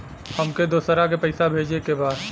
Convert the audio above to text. हमके दोसरा के पैसा भेजे के बा?